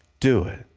do it,